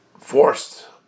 forced